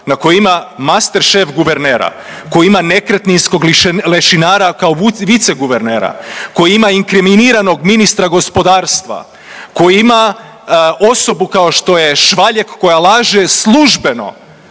HNB koja ima master šef guvernera, koja ima nekretninskog lešinara kao viceguvernera, koja ima inkriminiranog ministra gospodarstva, koji ima osobu kao što je Švaljeg koja laže službeno